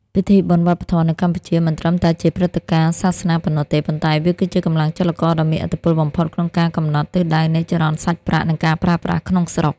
ពិធីបុណ្យវប្បធម៌នៅកម្ពុជាមិនត្រឹមតែជាព្រឹត្តិការណ៍សាសនាប៉ុណ្ណោះទេ ប៉ុន្តែវាគឺជាកម្លាំងចលករដ៏មានឥទ្ធិពលបំផុតក្នុងការកំណត់ទិសដៅនៃចរន្តសាច់ប្រាក់ និងការប្រើប្រាស់ក្នុងស្រុក។